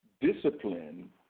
Discipline